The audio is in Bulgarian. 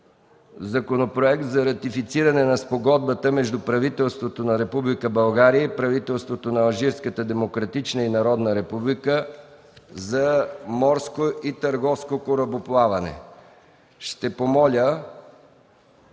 Законопроекта за ратифициране на Спогодбата между правителството на Република България и правителството на Алжирската демократична и народна република за морско търговско корабоплаване? Има